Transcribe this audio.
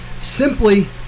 simply